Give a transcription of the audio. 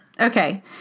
Okay